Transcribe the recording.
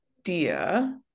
idea